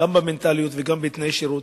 גם במנטליות וגם בתנאי שירות.